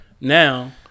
now